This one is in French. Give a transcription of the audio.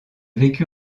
vécut